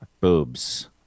boobs